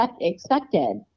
expected